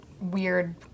weird